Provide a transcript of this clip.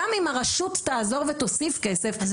גם אם הרשות תעזור ותוסיף כסף --- אז